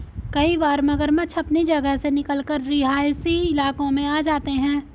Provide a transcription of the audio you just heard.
कई बार मगरमच्छ अपनी जगह से निकलकर रिहायशी इलाकों में आ जाते हैं